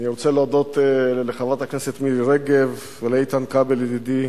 אני רוצה להודות לחברת הכנסת מירי רגב ולאיתן כבל ידידי,